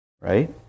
right